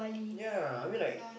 ya I mean like